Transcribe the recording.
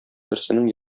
берсенең